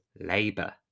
Labour